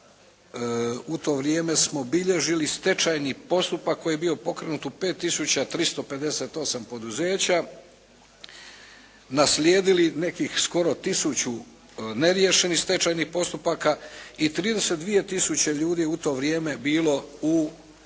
u to vrijeme smo bilježili stečajni postupak koji je bio pokrenut u 5 tisuća 358 poduzeća, naslijedili nekih skoro 1000 neriješenih stečajnih postupaka i 32 tisuće ljudi je u to vrijeme bilo u igri